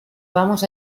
vamos